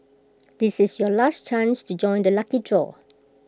this is your last chance to join the lucky draw